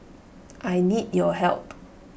I need your help